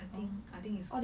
I think I think it's